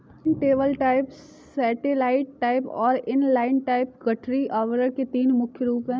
turntable type, satellite type और inline type गठरी आवरण के तीन मुख्य रूप है